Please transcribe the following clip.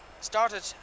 started